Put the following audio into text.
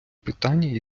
питання